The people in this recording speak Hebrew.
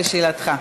בשאלתך.